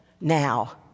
now